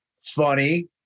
funny